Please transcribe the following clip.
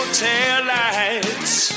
taillights